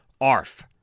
ARF